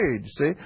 see